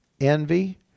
envy